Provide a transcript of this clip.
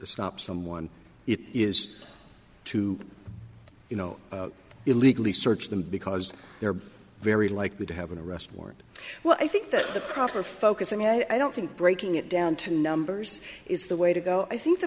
stops someone it is to you know illegally search them because they're very likely to have an arrest warrant well i think that the proper focus i mean i don't think breaking it down to numbers is the way to go i think the